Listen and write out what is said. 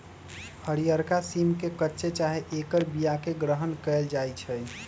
हरियरका सिम के कच्चे चाहे ऐकर बियाके ग्रहण कएल जाइ छइ